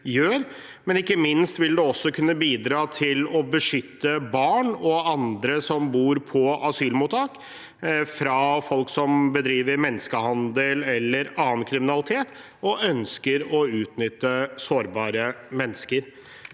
men ikke minst ville det også kunne bidra til å beskytte barn og andre som bor på asylmottak, fra folk som bedriver menneskehandel eller annen kriminalitet og ønsker å utnytte sårbare mennesker.